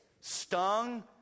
stung